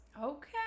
Okay